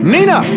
Nina